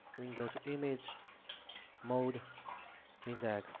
then go to image mode indexed